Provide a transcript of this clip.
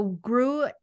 grew